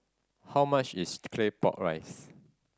how much is Claypot Rice